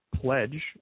pledge